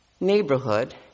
neighborhood